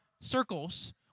circles